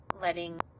letting